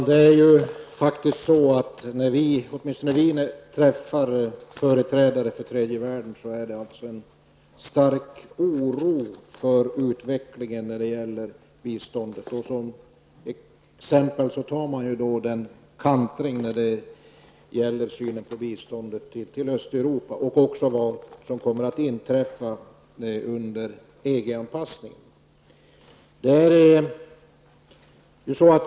Herr talman! När vi träffar företrädare för tredje världen märker vi en stark oro för utvecklingen när det gäller biståndet. Som exempel tar man kantringen när det gäller synen på biståndet till Östeuropa och även vad som kommer att inträffa under EG-anpassningen.